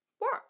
work